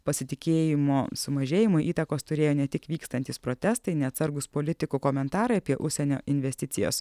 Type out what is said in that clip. pasitikėjimo sumažėjimui įtakos turėjo ne tik vykstantys protestai neatsargūs politikų komentarai apie užsienio investicijas